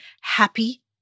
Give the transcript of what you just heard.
happy